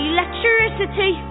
Electricity